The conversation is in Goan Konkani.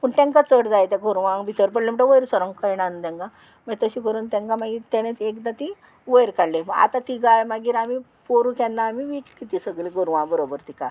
पूण तांकां चड जाय तें गोरवांक भितर पडलें म्हणटरी वयर सरोंक कळना न्हू तांकां मागीर तशें करून तांकां मागीर तेणे एकदां ती वयर काडली आतां ती गाय मागीर आमी पोरूं केन्ना आमी विकली ती सगल्या गोरवां बरोबर तिका